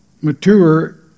mature